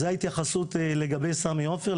זה ההתייחסות לגבי סמי עופר.